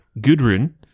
gudrun